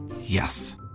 Yes